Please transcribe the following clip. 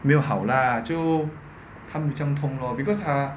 没有好 lah 就它不这样痛 lor because ah